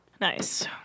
Nice